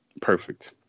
perfect